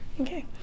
Okay